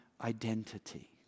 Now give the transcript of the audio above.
identity